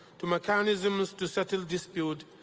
to mechanisms to settle dispute,